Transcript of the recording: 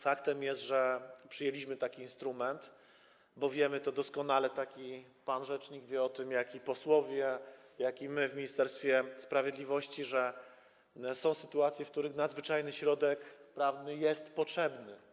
Faktem jest, że przyjęliśmy taki instrument, bo wiemy doskonale, wie o tym pan rzecznik, wiedzą posłowie, wiemy my w Ministerstwie Sprawiedliwości, że są sytuacje, w których nadzwyczajny środek prawny jest potrzebny.